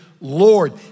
Lord